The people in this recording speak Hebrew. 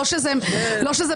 לא,